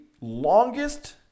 longest